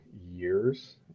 years